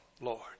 Lord